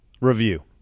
review